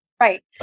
Right